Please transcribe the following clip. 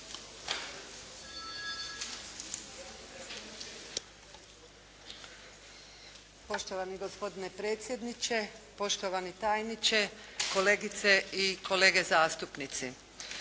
Poštovani gospodine predsjedniče, poštovani tajniče, kolegice i kolege zastupnici.